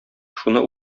шуны